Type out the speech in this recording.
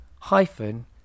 hyphen